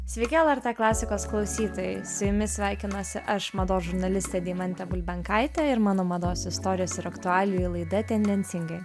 sveiki lrt klasikos klausytojai su jumis sveikinuosi aš mados žurnalistė deimantė bulbenkaitė ir mano mados istorijos ir aktualijų laida tendencingai